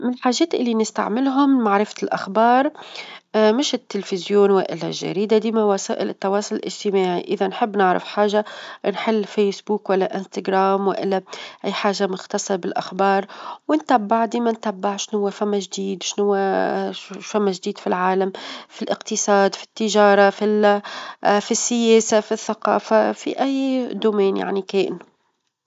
من الحاجات اللي نستعملهم لمعرفة الأخبار، مش التلفزيون، ولا الجريدة ديما وسائل التواصل الإجتماعي، إذا نحب نعرف حاجة نحل فيسبوك ولا انستغرام، ولا أي حاجة مختصة بالأخبار، ونتبع ديما نتبع شنوا فما جديد شنوا فما جديد في العالم، في الإقتصاد، في التجارة -في ال- في السياسة، في الثقافة، في أى مجال يعنى كان.